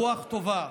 רוח טובה.